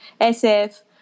SF